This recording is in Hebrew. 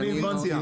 אני חושב,